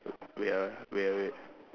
wait ah wait ah wait